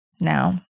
now